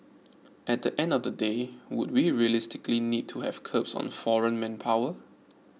at the end of the day would we realistically need to have curbs on foreign manpower